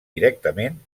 directament